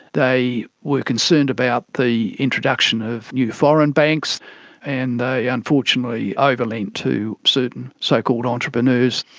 they were concerned about the introduction of new foreign banks and they unfortunately over-lent to certain so-called entrepreneurs,